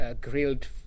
grilled